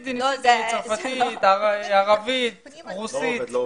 ניסיתי בצרפתית, בערבית, ברוסית.